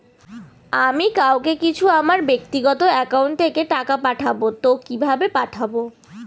আমি কাউকে কিছু আমার ব্যাক্তিগত একাউন্ট থেকে টাকা পাঠাবো তো কিভাবে পাঠাবো?